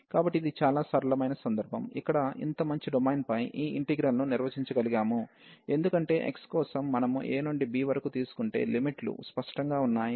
కాబట్టి ఇది చాలా సరళమైన సందర్భం ఇక్కడ ఇంత మంచి డొమైన్ పై ఈ ఇంటిగ్రల్ ను నిర్వచించగలిగాము ఎందుకంటే x కోసం మనము a నుండి b వరకు తీసుకుంటే లిమిట్లు స్పష్టంగా ఉన్నాయి